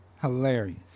Hilarious